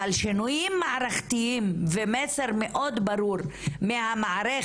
אבל שינויים מערכתיים זה מסר מאוד ברור מהמערכת,